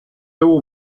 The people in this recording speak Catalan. veu